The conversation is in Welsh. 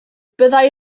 byddai